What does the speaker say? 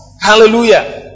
hallelujah